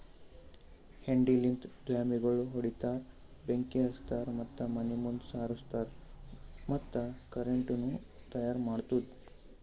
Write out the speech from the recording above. ಹೆಂಡಿಲಿಂತ್ ದ್ವಾಮಿಗೋಳ್ ಹೊಡಿತಾರ್, ಬೆಂಕಿ ಹಚ್ತಾರ್ ಮತ್ತ ಮನಿ ಮುಂದ್ ಸಾರುಸ್ತಾರ್ ಮತ್ತ ಕರೆಂಟನು ತೈಯಾರ್ ಮಾಡ್ತುದ್